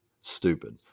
stupid